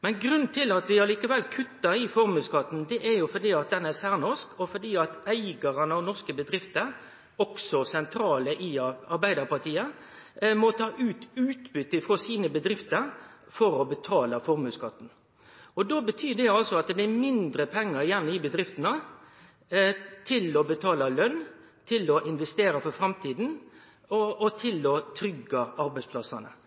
Men grunnen til at vi likevel kuttar i formuesskatten, er jo at han er særnorsk, og at eigarane av norske bedrifter – også sentrale i Arbeidarpartiet – må ta ut utbyte frå sine bedrifter for å betale formuesskatten. Og då betyr det altså at det blir mindre pengar igjen i bedriftene til å betale løn, til å investere for framtida og til å tryggje arbeidsplassane.